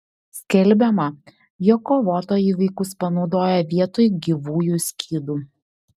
skelbiama jog kovotojai vaikus panaudoja vietoj gyvųjų skydų